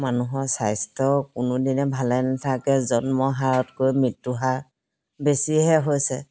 মানুহৰ স্বাস্থ্য কোনোদিনে ভালে নাথাকে জন্ম হাৰতকৈ মৃত্যুৰ হাৰ বেছিহে হৈছে